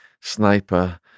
sniper